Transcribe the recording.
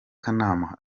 kanama